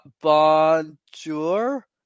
Bonjour